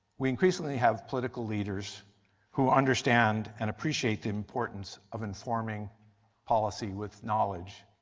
we increasingly have political leaders who understand and appreciate the importance of and performing policy with knowledge.